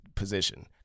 position